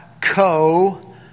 Co